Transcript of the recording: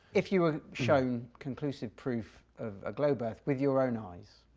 if you were shown conclusive proof of a globe earth with your own eyes,